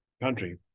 country